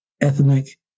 ethnic